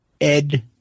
Ed